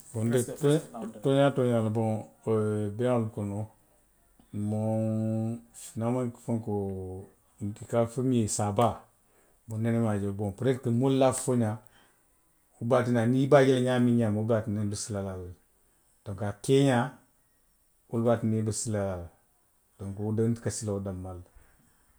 tooňaa tooňaa bŋw beeyaŋolu kono. moo, niŋ a maŋ ke fenkoo, i ka a fo miŋ ye saa baa, wo nnene maŋ a je, boŋ poteetiri moolu la a fo ňaa, wo be a tinna la niŋ i bea a je la ňaa miŋ ňaama wo be atinna la i be silaŋ na a la. Donuk a keeňaa, wo le be a tinna la i be silanna a la. Donku wo doroŋ nte ka silaŋ wo danmaŋ ne la